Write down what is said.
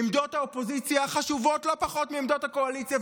עמדות האופוזיציה חשובות לא פחות מעמדות הקואליציה,